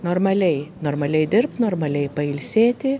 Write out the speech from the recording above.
normaliai normaliai dirbt normaliai pailsėti